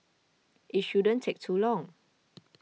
it shouldn't take too long